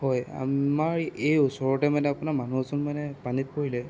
হয় আমাৰ এই ওচৰতে মানে আপোনাৰ মানুহ এজন মানে পানীত পৰিলে